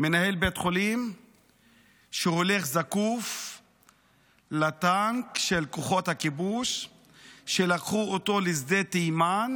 מנהל בית חולים שהולך זקוף לטנק של כוחות הכיבוש שלקחו אותו לשדה תימן,